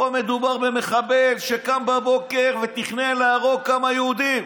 פה מדובר במחבל שקם בבוקר ותכנן להרוג כמה יהודים.